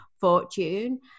fortune